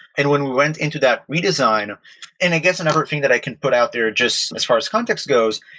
and when we went into that redesign and i guess another thing that i can put out there just as far as context goes,